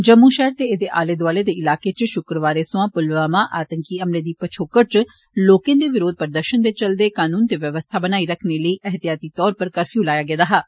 जम्मू शैहर ते एदे आले दोआले दे इलाकें इच शुक्रवारें सोया पुलवामा आतकी हमले दी पच्छोकड इच लोकें दे विरोध प्रदर्शनें दे चलदे कनून ते व्यवस्था बनाई रकखने लेई एहितियाती तौर पर कर्फयू लाया गेदा हा